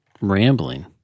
rambling